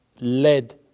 led